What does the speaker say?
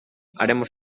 haremos